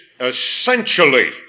essentially